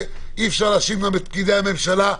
וגם אי-אפשר להאשים את פקידי הממשלה,